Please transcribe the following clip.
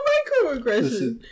Microaggression